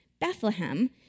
Bethlehem